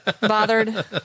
bothered